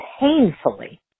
painfully